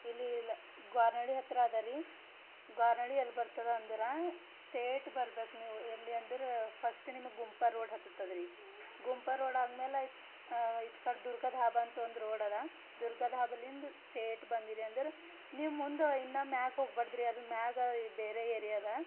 ಇಲ್ಲಿ ಗೋರ್ನಳ್ಳಿ ಹತ್ತಿರ ಅದರೀ ಗೋರ್ನಳ್ಳಿ ಎಲ್ಲಿ ಬರ್ತದೆ ಅಂದ್ರೆ ಸ್ಟೇಟ್ ಬರ್ಬೇಕು ನೀವು ಎಲ್ಲಿ ಅಂದ್ರೆ ಫರ್ಸ್ಟ್ ನಿಮಗೆ ಗುಂಪಾ ರೋಡ್ ಹತ್ತತದ್ರೀ ಗುಂಪಾ ರೋಡ್ ಆದಮೇಲೆ ಇತ್ತ ಕಡೆ ದುರ್ಗಾ ಧಾಬಾ ಅಂತ ಒಂದು ರೋಡ್ ಅದ ದುರ್ಗಾ ಧಾಬಾಲಿಂದ ಸ್ಟೇಟ್ ಬಂದಿರೀ ಅಂದ್ರೆ ನೀವು ಮುಂದೆ ಇನ್ನೂ ಮ್ಯಾಕೆ ಹೋಗ್ಬಾರ್ದ್ರಿ ಅದರ ಮ್ಯಾಗ ಬೇರೆ ಏರಿಯಾ ಅದ